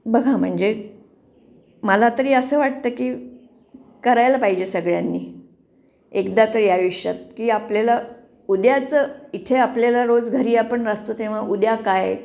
बघा म्हणजे मला तरी असं वाटतं की करायला पाहिजे सगळ्यांनी एकदा तरी आयुष्यात की आपल्याला उद्याचं इथे आपल्याला रोज घरी आपण असतो तेव्हा उद्या काय